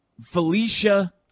Felicia